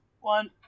one